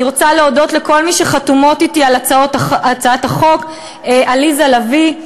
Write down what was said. אני רוצה להודות לכל מי שחתומות אתי על הצעת החוק: עליזה לביא,